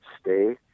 stay